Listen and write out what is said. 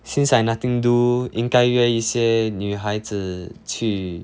since I nothing do 应该约一些女孩子去